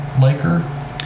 Laker